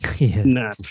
Nah